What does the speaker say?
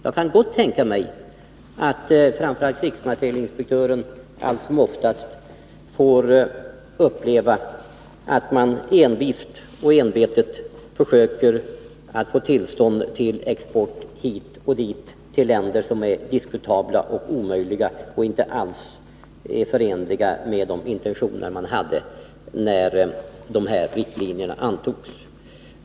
Jag kan gott tänka mig att framför allt krigsmaterielinspektören allt som oftast får uppleva att man envist försöker få tillstånd till export till vissa länder — en export som är diskutabel eller omöjlig och inte alls förenlig med de intentioner man hade när riktlinjerna antogs.